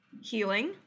Healing